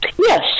Yes